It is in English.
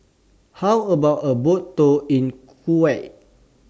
How about A Boat Tour in Kuwait